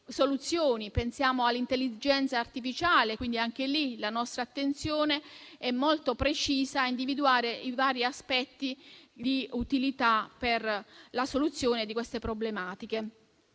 soluzioni. Pensiamo all'intelligenza artificiale: anche lì la nostra attenzione è molto precisa a individuare i vari aspetti di utilità per la soluzione di queste problematiche.